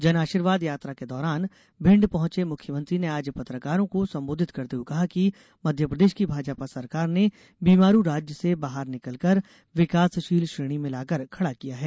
जन आशीर्वाद यात्रा के दौरान भिण्ड पहंचे मुख्यमंत्री ने आज पत्रकारों को संबोधित करते हए कहा कि मध्यप्रदेश की भाजपा सरकार ने बीमारू राज्य से बाहर निकालकर विकासशील श्रेणी में लाकर खडा किया है